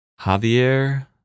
Javier